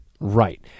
Right